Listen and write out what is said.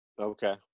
okay